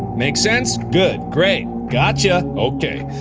make sense? good. great! gotcha! ok.